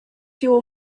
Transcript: your